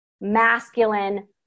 masculine